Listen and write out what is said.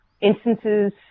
instances